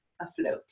afloat